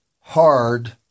hard